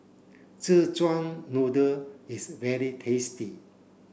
Szechuan noodle is very tasty